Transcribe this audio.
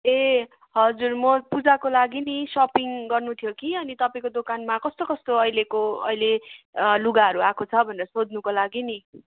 ए हजुर म पूजाको लागि नि सपिङ गर्नु थियो कि अनि तपाईँको दोकानमा कस्तो कस्तो अहिलेको अहिले लुगाहरू आएको छ भनेर सोध्नुको लागि नि